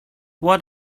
what